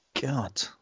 God